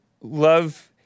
love